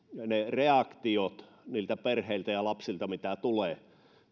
ne reaktiot perheiltä ja lapsilta mitä tulee